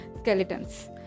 skeletons